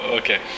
okay